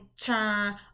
turn